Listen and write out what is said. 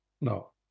No